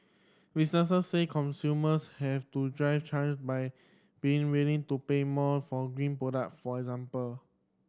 businesses say consumers have to drive change by being willing to pay more for green product for example